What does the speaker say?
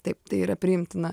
taip tai yra priimtina